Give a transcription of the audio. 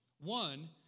One